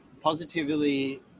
positively